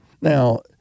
Now